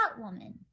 woman